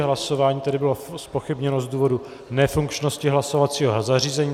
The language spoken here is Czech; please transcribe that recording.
Hlasování tedy bylo zpochybněno z důvodu nefunkčnosti hlasovacího zařízení.